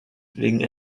wegen